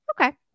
okay